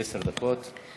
בבקשה, עד עשר דקות לרשותך.